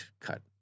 cut